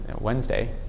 Wednesday